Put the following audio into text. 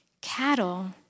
cattle